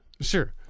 Sure